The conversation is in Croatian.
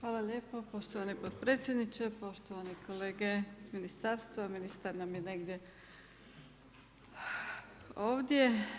Hvala lijepo poštovani potpredsjedniče, poštovane kolege ministarstva, ministar nam je negdje ovdje.